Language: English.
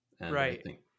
Right